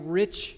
rich